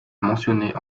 mentionnés